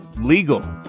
legal